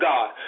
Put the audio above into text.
God